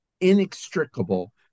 inextricable